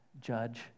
judge